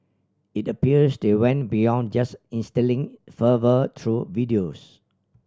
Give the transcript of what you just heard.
it appears they went beyond just instilling fervour through videos